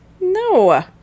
No